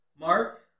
Mark